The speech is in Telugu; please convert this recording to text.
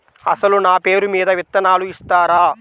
అసలు నా పేరు మీద విత్తనాలు ఇస్తారా?